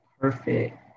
perfect